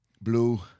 Blue